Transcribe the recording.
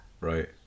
Right